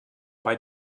bei